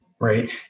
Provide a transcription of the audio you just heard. Right